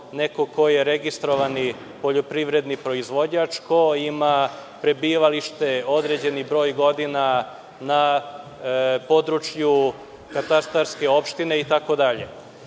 neko ko je registrovani poljoprivredni proizvođač, ko ima prebivalište, određeni broj godina na području katastarske opštine itd.